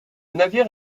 navire